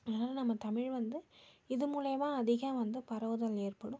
அதனால் நம்ம தமிழ் வந்து இது மூலியமாக அதிகம் வந்து பரவுதல் ஏற்படும்